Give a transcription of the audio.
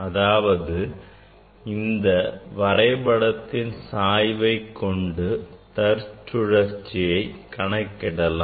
அதாவது இவ்வரைபடத்தின் சாய்வை கொண்டு தற்சார்பு சுழற்சியை கண்டறியலாம்